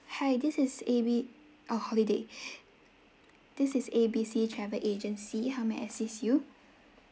hi this is A B ho~ holiday this is A B C travel agency how may I assist you